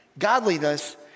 Godliness